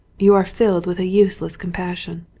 you are filled with a useless compassion.